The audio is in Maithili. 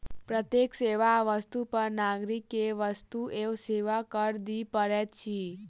प्रत्येक सेवा आ वस्तु पर नागरिक के वस्तु एवं सेवा कर दिअ पड़ैत अछि